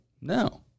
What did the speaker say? No